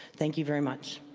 thank you very much.